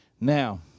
Now